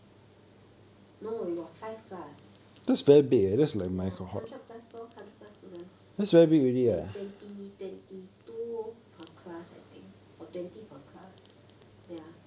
no we got five class ya hundred plus lor hundred plus student twen~ twenty twenty two per class I think or twenty per class ya